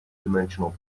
dimensional